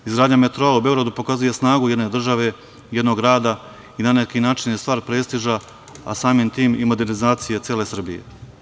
Izgradnja metroa u Beogradu pokazuje snagu jedne države, jednog rada i na neki način je stvar prestiža, a samim tim i modernizacije cele Srbije.